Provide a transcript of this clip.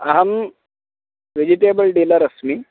अहं vegetable dealer अस्मि